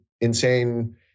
insane